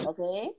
Okay